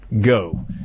go